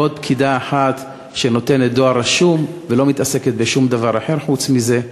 ועוד פקידה אחת נותנת דואר רשום ולא מתעסקת בשום דבר אחר חוץ מזה.